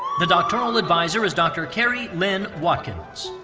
the doctoral advisor is dr. kari lynn watkins.